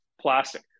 plastic